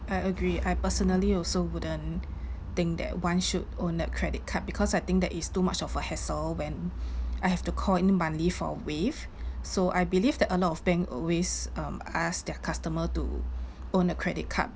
I agree I personally also wouldn't think that [one] should own a credit card because I think that is too much of a hassle when I have to call in monthly for a waive so I believe that a lot of bank always um ask their customer to own a credit card